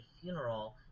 funeral